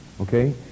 Okay